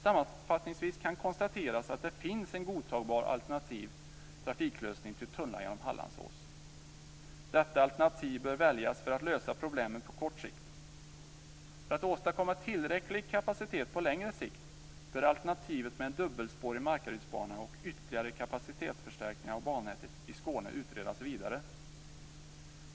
Sammanfattningsvis kan konstateras att det finns en godtagbar alternativ trafiklösning till tunnlar genom Hallandsås. Detta alternativ bör väljas för att lösa problemen på kort sikt. För att åstadkomma tillräcklig kapacitet på längre sikt bör alternativet med en dubbelspårig Markarydsbana och ytterligare kapacitetsförstärkningar av bannätet i Skåne utredas vidare.